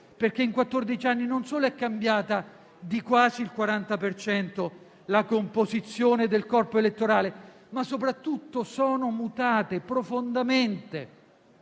anni, infatti, non solo è cambiata di quasi il 40 per cento la composizione del corpo elettorale, ma soprattutto sono mutate profondamente